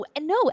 no